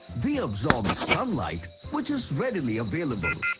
they absorb sunlight which is readily available,